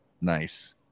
Nice